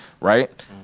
right